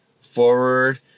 forward